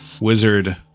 wizard